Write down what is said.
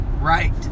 Right